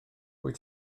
wyt